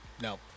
no